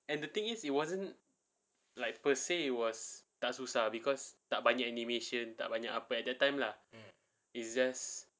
and the thing is it wasn't like per say it was tak susah because tak banyak animation tak banyak at that time lah it's just